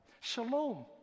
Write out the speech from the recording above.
shalom